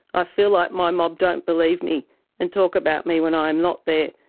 i feel like my mob don't believe me and talk about me when i am not there.